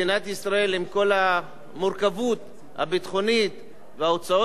עם כל המורכבות הביטחונית וההוצאות הביטחוניות,